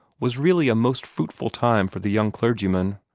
was really a most fruitful time for the young clergyman.